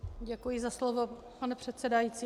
Děkuji za slovo, pane předsedající.